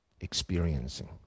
experiencing